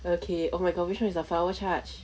okay oh my god which one is the flower charge